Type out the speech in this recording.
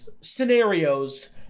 scenarios